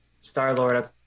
Star-Lord